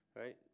Right